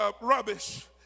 rubbish